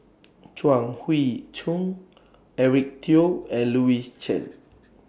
Chuang Hui Tsuan Eric Teo and Louis Chen